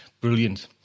brilliant